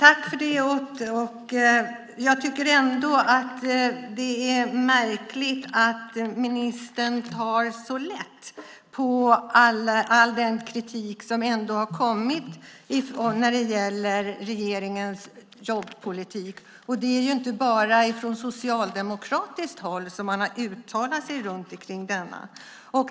Fru talman! Jag tycker ändå att det är märkligt att ministern tar så lätt på all den kritik som har kommit när det gäller regeringens jobbpolitik. Det är inte bara från socialdemokratiskt håll som man har uttalat sig om denna.